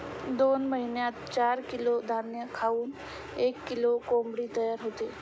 दोन महिन्यात चार किलो धान्य खाऊन एक किलो कोंबडी तयार होते